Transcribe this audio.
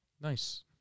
Nice